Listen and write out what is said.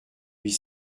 huit